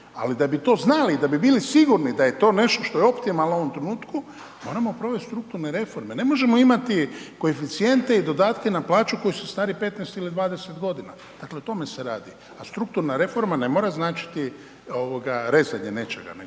ali da bi to znali i da bili sigurni da je to nešto što je optimalno u ovom trenutku, moramo provest strukturne reforme. Ne možemo imati koeficijente i dodatke na plaću koji su stari 15 ili 20.g., dakle o tome se radi, a strukturna reforma ne mora značiti rezanje nečega,